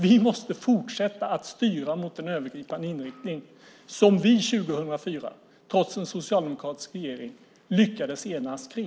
Vi måste fortsätta att styra mot den övergripande inriktning som vi 2004, trots en socialdemokratisk regering, lyckades enas om.